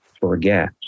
forget